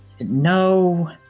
No